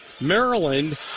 Maryland